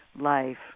life